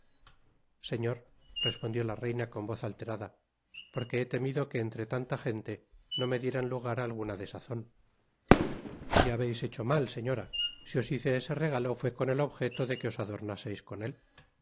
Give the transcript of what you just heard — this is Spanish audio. señor respondió la reina con voz alterada porque he temido que entre tanta gente no me dieran lugar á alguna desazon y habeis hecho mal señora si os hice ese regalo fué con el objeto de que os adornaseis con él